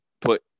put